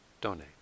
donate